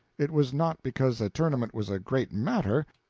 it was not because a tournament was a great matter,